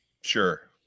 Sure